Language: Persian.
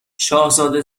شاهزاده